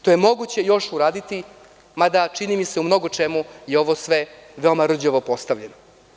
To je moguće još uraditi, mada, čini mi se, u mnogo čemu, je ovo sve veoma rđavo postavljeno.